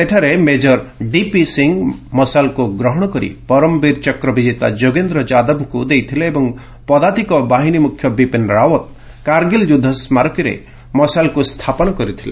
ସେଠାରେ major DP Singh ମସାଲ୍କୁ ଗ୍ରହଣ କରି ପରମବୀର ଚକ୍ର ବିଜେତା ଯୋଗେନ୍ଦ୍ର ଯାଦବକୁ ଦେଇଥିଲେ ଏବଂ ପଦାତିକ ବାହିନୀ ମୁଖ୍ୟ ବିପିନ୍ ରାଓ୍ୱତ୍ କାର୍ଗୀଲ୍ ଯୁଦ୍ଧ ସ୍ମାରକୀରେ ମସାଲକୁ ସ୍ଥାପନ କରିଥିଲେ